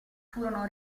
furono